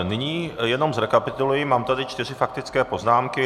Nyní jenom zrekapituluji, mám tady čtyři faktické poznámky.